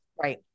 Right